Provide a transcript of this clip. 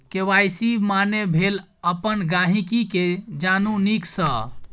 KYC माने भेल अपन गांहिकी केँ जानु नीक सँ